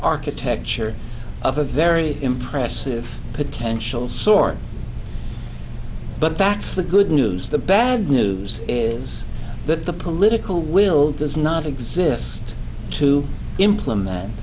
architecture of a very impressive potential sort but that's the good news the bad news is that the political will does not exist to implement